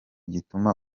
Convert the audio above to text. gituma